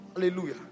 Hallelujah